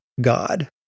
God